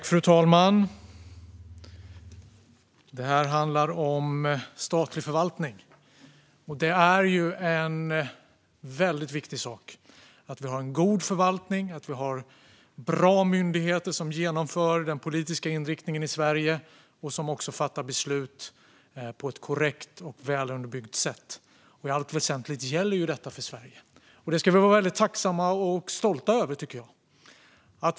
Fru talman! Detta handlar om statlig förvaltning. Det är väldigt viktigt att vi har en god förvaltning och bra myndigheter som genomför den politiska inriktningen i Sverige och som också fattar beslut på ett korrekt och väl underbyggt sätt. I allt väsentligt gäller ju detta för Sverige, och det ska vi vara väldigt tacksamma och stolta över, tycker jag.